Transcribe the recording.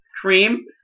Cream